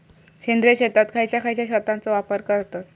सेंद्रिय शेतात खयच्या खयच्या खतांचो वापर करतत?